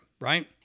Right